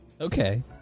okay